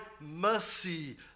mercy